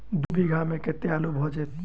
दु बीघा मे कतेक आलु भऽ जेतय?